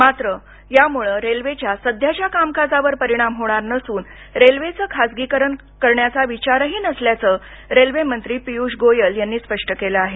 मात्र यामुळं रेल्वेच्या सध्याच्या कामकाजावर परिणाम होणार नसून रेल्वेचं खासगीकरण करण्याचा विचारही नसल्याचं रेल्वे मंत्री पीयूष गोयल यांनी स्पष्ट केलं आहे